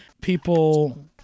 people